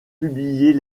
publier